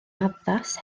addas